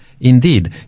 Indeed